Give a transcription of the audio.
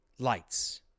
Lights